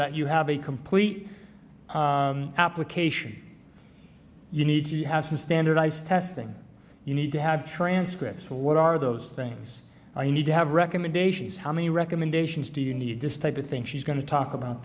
that you have a complete application you need to have some standardized testing you need to have transcripts what are those things i need to have recommendations how many recommendations do you need this type of thing she's going to talk about